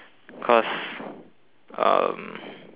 cause um